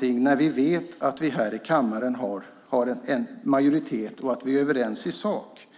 händer. Vi vet ju att det i sammanhanget finns en majoritet här i kammaren, att vi är överens i sak.